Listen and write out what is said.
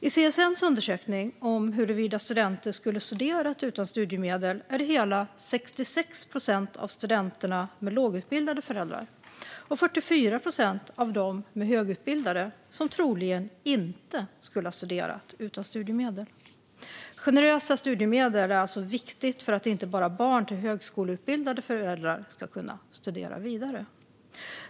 I CSN:s undersökning om huruvida studenter skulle ha studerat utan studiemedel var det hela 66 procent av studenterna med lågutbildade föräldrar och 44 procent av dem med högutbildade föräldrar som troligen inte skulle ha studerat utan studiemedel. Generösa studiemedel är alltså viktigt för att inte bara barn till högskoleutbildade föräldrar ska kunna studera vidare.